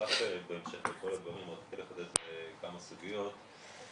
בהמשך לכל הדברים, רציתי לחדד כמה סוגיות.